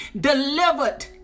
delivered